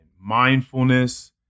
mindfulness